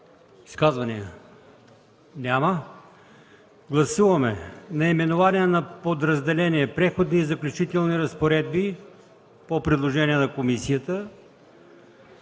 2, 3 и 4? Няма. Гласуваме наименованието на подразделение „Преходни и заключителни разпоредби” по предложение на комисията,